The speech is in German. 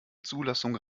zulassung